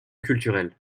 culturelle